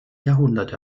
jahrhundert